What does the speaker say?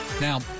Now